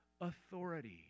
authority